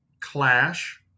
clash